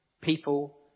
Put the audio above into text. people